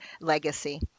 legacy